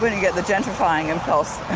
but you get the gentrifying impulse